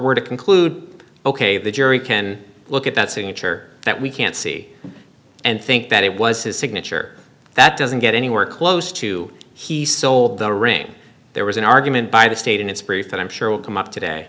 were to conclude ok the jury can look at that signature that we can't see and think that it was his signature that doesn't get anywhere close to he sold the ring there was an argument by the state and it's proof that i'm sure will come up today